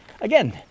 again